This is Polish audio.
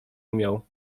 umiał